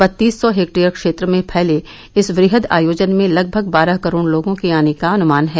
बत्तीस सौ हेक्टेयर क्षेत्र में फैले इस वृहद आयोजन में लगभग बारह करोड़ लोगों के आने का अनुमान है